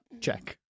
Check